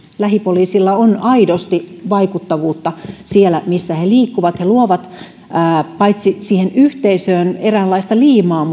lähipoliisilla on aidosti vaikuttavuutta siellä missä he liikkuvat he paitsi luovat siihen yhteisöön eräänlaista liimaa